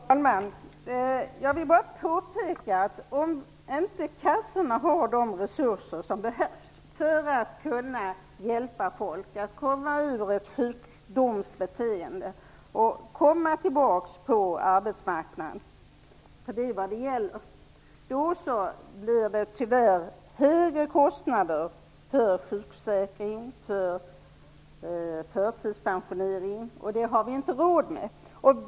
Herr talman! Jag vill bara påpeka, att om kassorna inte har de resurser som behövs för att hjälpa folk att komma ur ett sjukdomsbeteende och komma tillbaka på arbetsmarknaden -- det är vad det gäller -- blir det tyvärr högre kostnader för sjukförsäkring och förtidspensionering. Det har vi inte råd med.